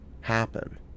happen